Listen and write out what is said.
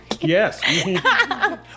Yes